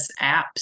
apps